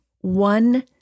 one